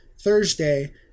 Thursday